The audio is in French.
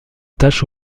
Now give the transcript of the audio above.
taches